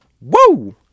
Woo